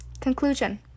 Conclusion